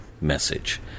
message